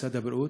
במשרד הבריאות,